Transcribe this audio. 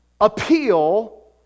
appeal